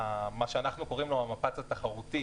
מה שאנחנו קוראים לו "המפץ התחרותי",